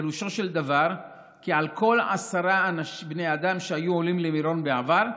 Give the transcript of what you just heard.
פירושו של דבר כי על כל עשרה בני אדם שהיו עולים למירון בעבר,